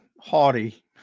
haughty